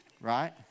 Right